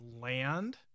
land